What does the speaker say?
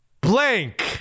blank